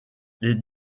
les